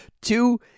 Two